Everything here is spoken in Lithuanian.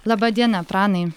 laba diena pranai